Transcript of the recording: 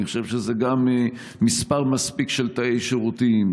אני חושב שזה גם מספר מספיק של תאי שירותים,